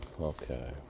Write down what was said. Okay